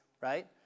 right